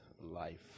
life